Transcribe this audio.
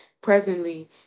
Presently